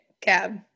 cab